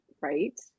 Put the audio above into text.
right